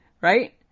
right